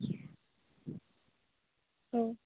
औ